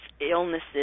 illnesses